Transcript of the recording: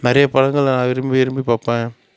நிறைய படங்கள் நான் விரும்பி விரும்பி பார்ப்பேன்